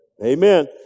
Amen